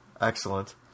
Excellent